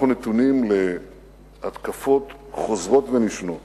אנחנו נתונים להתקפות חוזרות ונשנות